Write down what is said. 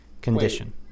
condition